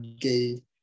gay